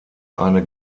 eine